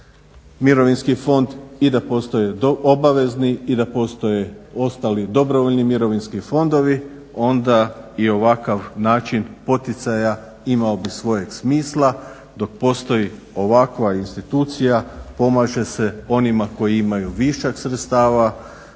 mirovinski fond i da postoje obavezni i da postoje ostali dobrovoljni mirovinski fondovi onda i ovakav način poticaja imao bi svojeg smisla. Dok postoji ovakva institucija pomaže se onima koji imaju višak sredstava